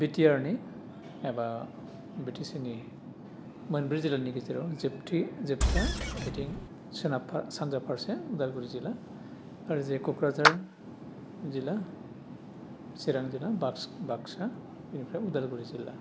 बिटिआरनि एबा बिटिसिनि मोनब्रै जिल्लानि गेजेराव जोबथि जोबथा ओइथिं सोनाब सानजा फारसे उदालगुरि जिल्ला आरो जे क'क्राझार जिल्ला चिरां जिल्ला बाक्सा बिनिफ्राय उदालगुरि जिल्ला